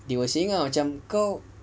you were saying ah kau